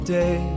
day